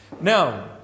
Now